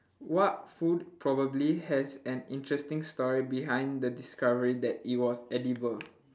what food probably has an interesting story behind the discovery that it was edible